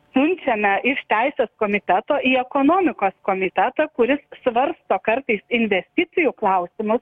siunčiame iš teisės komiteto į ekonomikos komitetą kuris svarsto kartais investicijų klausimus